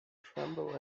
tremble